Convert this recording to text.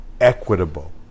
equitable